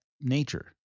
nature